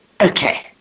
Okay